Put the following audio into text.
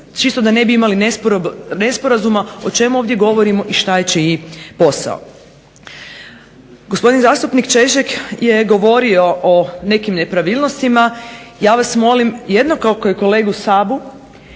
Čisto da ne bi imalo nesporazuma o čemu ovdje govorimo i što je čiji posao. Gospodin zastupnik Češek je govorio o nekim nepravilnostima, ja vas molim jednako kao i kolegu Sabu,